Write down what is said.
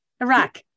Iraq